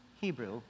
Hebrew